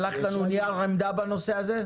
שלחת לנו נייר עמדה בנושא הזה?